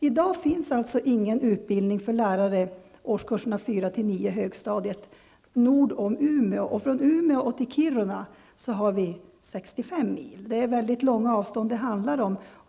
I dag finns alltså ingen utbildning för lärare för årskurserna 4--9 på högstadiet nord om Umeå. Från Umeå till Kiruna är det 65 mil. Det är alltså väldigt stora avstånd det handlar om.